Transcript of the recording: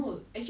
what teen